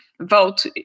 vote